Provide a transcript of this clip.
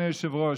אדוני היושב-ראש,